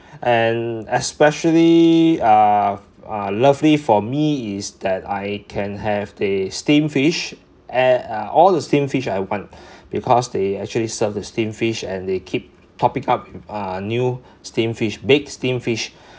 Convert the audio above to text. and especially uh uh lovely for me is that I can have the steamed fish at all the steam fish I want because they actually serve the steamed fish and they keep topping up uh new steamed fish big steamed fish